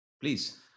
Please